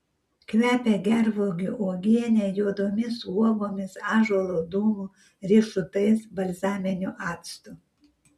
kvepia gervuogių uogiene juodomis uogomis ąžuolo dūmu riešutais balzaminiu actu